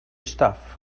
stuff